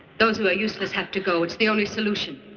those who are useless have to go. it's the only solution.